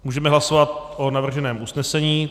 Můžeme hlasovat o navrženém usnesení.